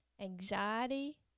Anxiety